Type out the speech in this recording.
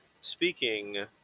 speaking